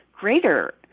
greater